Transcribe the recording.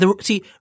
see